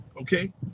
okay